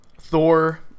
Thor